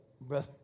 brother